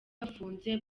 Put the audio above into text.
bafunze